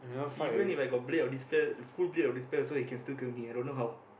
even If I got blade of despair full blade of despair also he can still kill me I don't know how